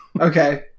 Okay